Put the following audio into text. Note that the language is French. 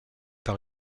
par